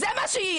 זה מה שיהיה.